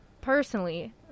personally